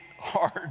hard